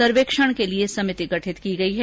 सर्वेक्षण के लिए समिति गठित की गई है